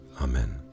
Amen